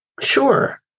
Sure